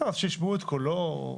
שישמעו את קולו.